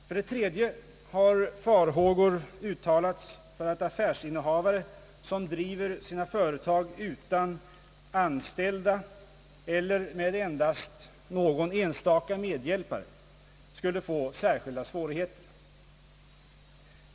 För det tredje har farhågor uttalats för att affärsinnehavare, som driver sina företag utan anställda eller med endast någon enstaka medhjälpare, skulle få särskilda svårigheter.